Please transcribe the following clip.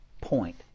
point